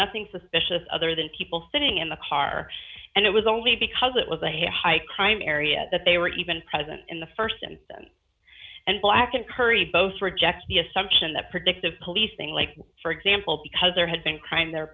nothing suspicious other than people sitting in the car and it was only because it was a high crime area that they were even present in the st and black and curry both rejects the assumption that predictive policing like for example because there had been crime there